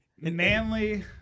Manly